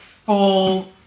full